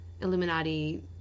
Illuminati